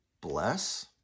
bless